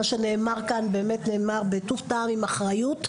מה שנאמר כאן, באמת, נאמר בטוב טעם עם אחריות.